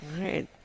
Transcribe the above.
right